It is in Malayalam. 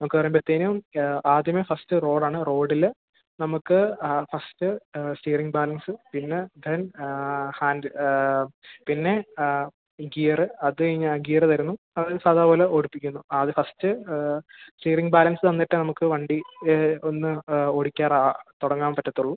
നമുക്ക് പറയുമ്പോഴ്ത്തേനും ആദ്യമേ ഫസ്റ്റ് റോഡാണ് റോഡിൽ നമുക്ക് ആ ഫസ്റ്റ് സ്റ്റീയറിംഗ് ബാലൻസ് പിന്നെ ദെൻ ഹാൻഡ് പിന്നെ ഗിയറ് അത് കഴിഞ്ഞാൽ ഗിയറ് വരുന്നു അത് സാധാരണ പോലെ ഓടിപ്പിക്കുന്നു അത് ഫസ്റ്റ് സ്റ്റീയറിംഗ് ബാലൻസ് വന്നിട്ട് നമുക്ക് വണ്ടി ഒന്ന് ഓടി ക്കാറാ തുടങ്ങാൻ പറ്റത്തുള്ളൂ